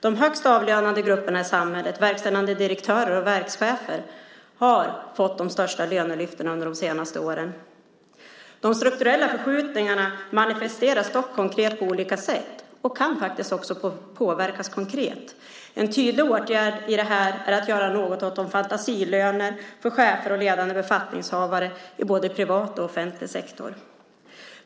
De högst avlönade grupperna i samhället, verkställande direktörer och verkschefer, har fått de största lönelyften under de senaste åren. De strukturella förskjutningarna manifesteras dock konkret på olika sätt och kan faktiskt också påverkas konkret. En tydlig åtgärd är att göra något åt fantasilönerna för chefer och ledande befattningshavare i både privat och offentlig sektor.